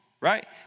right